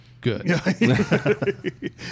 good